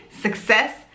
success